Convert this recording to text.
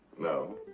no.